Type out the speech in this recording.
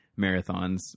marathons